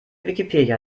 wikipedia